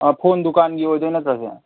phone ꯗꯨꯀꯥꯟꯒꯤ ꯑꯣꯏꯗꯣꯏ ꯅꯠꯇ꯭ꯔꯣ ꯁꯦ